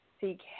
seek